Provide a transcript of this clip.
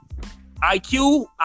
IQ